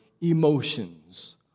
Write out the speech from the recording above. emotions